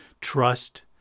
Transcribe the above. trust